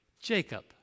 Jacob